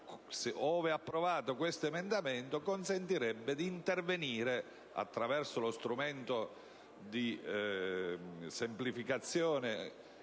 Ove approvato, quindi, questo emendamento consentirebbe d'intervenire, attraverso lo strumento di semplificazione